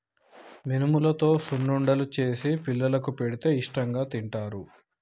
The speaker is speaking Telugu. మినుములతో సున్నుండలు చేసి పిల్లలకు పెడితే ఇష్టాంగా తింటారు